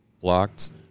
blocked